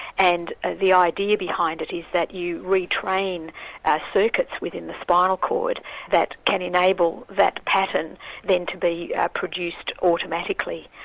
and ah the idea behind it is that you re-train circuits within the spinal cord that can enable that pattern then to be produced automatically.